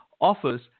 offers